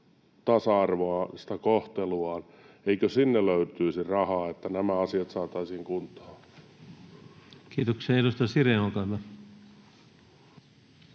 tasa-arvoiseen kohteluunsa löytyisi rahaa, niin että nämä asiat saataisiin kuntoon? Kiitoksia. — Edustaja Sirén, olkaa hyvä.